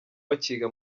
bakiga